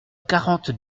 quarante